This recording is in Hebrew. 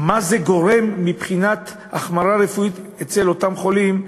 מה זה גורם מבחינת החמרה רפואית אצל אותם חולים,